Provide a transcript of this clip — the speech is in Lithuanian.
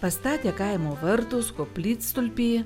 pastatę kaimo vartus koplytstulpį